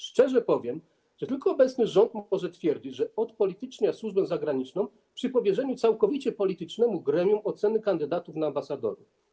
Szczerze powiem, że tylko obecny rząd może twierdzić, że odpolitycznia służbę zagraniczną, i powierzyć całkowicie politycznemu gremium oceny kandydatów na ambasadorów.